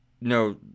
No